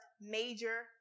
major